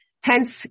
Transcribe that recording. hence